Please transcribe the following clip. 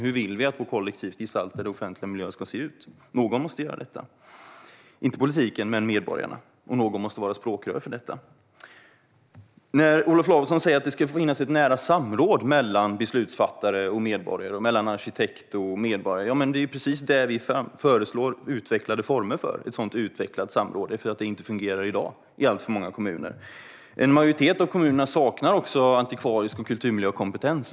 Hur vill vi att vår kollektivt gestaltade offentliga miljö ska se ut? Någon måste göra detta - inte politiken, utan medborgarna, och någon måste vara språkrör för detta. Olof Lavesson säger att det ska finnas ett nära samråd mellan beslutsfattare och medborgare och mellan arkitekt och medborgare. Det är precis det vi föreslår: utvecklade former för ett sådant utvecklat samråd. I alltför många kommuner fungerar nämligen inte detta i dag. En majoritet av kommunerna saknar också antikvarisk kompetens och kulturmiljökompetens.